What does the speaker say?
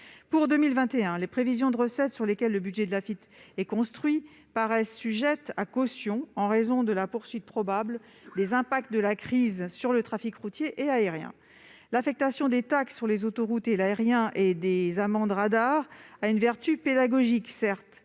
Pour 2021, les prévisions de recettes sur lesquelles le budget de l'Afitf est construit paraissent sujettes à caution en raison de la poursuite probable des impacts de la crise sanitaire sur le trafic routier et aérien. L'affectation des taxes sur les autoroutes et l'aérien et des amendes radar à l'Afitf a une vertu pédagogique, en